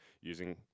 using